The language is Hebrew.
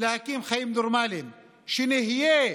חומר הגלם זה נוזל שוקולדי,